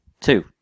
two